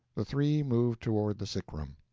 the three moved toward the sick-room.